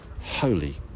Holy